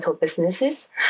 businesses